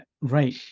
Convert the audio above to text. right